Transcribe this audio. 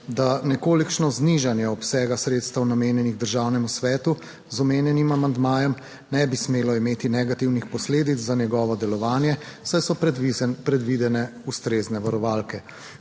da nekolikšno znižanje obsega sredstev, namenjenih Državnemu svetu, z omenjenim amandmajem ne bi smelo imeti negativnih posledic za njegovo delovanje, saj so predvidene ustrezne varovalke.